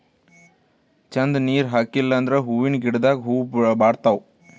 ಛಂದ್ ನೀರ್ ಹಾಕಿಲ್ ಅಂದ್ರ ಹೂವಿನ ಗಿಡದಾಗ್ ಹೂವ ಬಾಡ್ತಾವ್